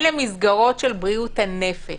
אלה מסגרות של בריאות הנפש.